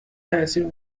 تاثیر